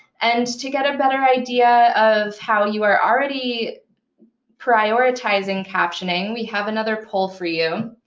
and to get a better idea of how you are already prioritizing captioning, we have another poll for you.